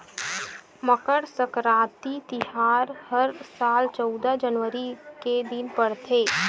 मकर सकराति तिहार ह हर साल चउदा जनवरी के दिन परथे